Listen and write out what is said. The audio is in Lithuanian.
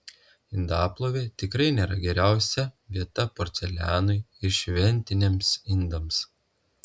indaplovė tikrai nėra geriausia vieta porcelianui ir šventiniams indams